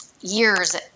years